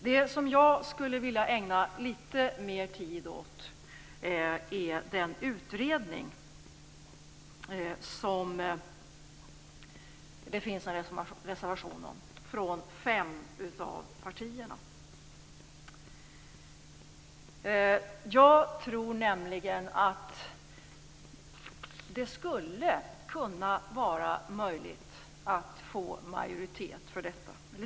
Det som jag skulle vilja ägna litet mer tid åt är den utredning som det finns en reservation om från fem av partierna. Jag tror nämligen att det skulle kunna vara möjligt att få majoritet för detta.